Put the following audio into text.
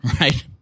right